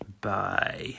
bye